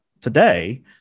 today